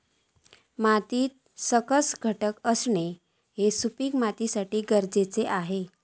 मातीत सकस घटक असणा ह्या सुपीक मातीसाठी गरजेचा आसा